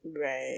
Right